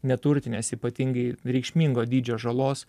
neturtinės ypatingai reikšmingo dydžio žalos